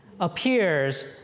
appears